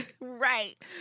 Right